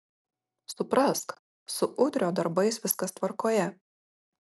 suprask su udrio darbais viskas tvarkoje